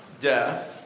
death